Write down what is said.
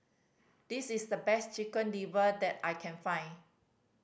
this is the best Chicken Liver that I can find